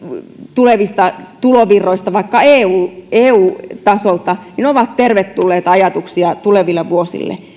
tulevista tulovirroista vaikka eu eu tasolta ovat tervetulleita ajatuksia tuleville vuosille